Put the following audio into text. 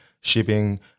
shipping